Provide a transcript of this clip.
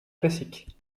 classique